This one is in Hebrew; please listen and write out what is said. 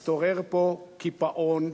השתרר פה קיפאון.